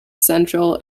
central